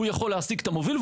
הוא יכול להעסיק את המוביל,